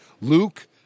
Luke